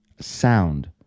sound